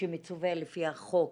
שמצווה לפי החוק